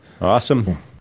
awesome